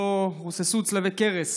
שבו רוססו צלבי קרס